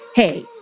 Hey